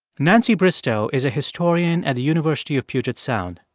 nancy bristow is a historian at the university of puget sound.